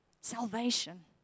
Salvation